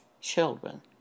children